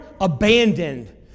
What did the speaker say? abandoned